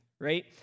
right